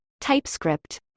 TypeScript